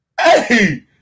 hey